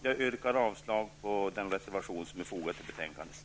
Jag yrkar avslag på den reservation som är fogad till betänkandet.